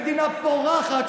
למדינה פורחת,